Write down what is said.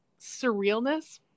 surrealness